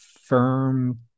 firm